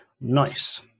Nice